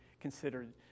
considered